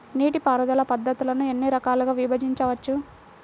నీటిపారుదల పద్ధతులను ఎన్ని రకాలుగా విభజించవచ్చు?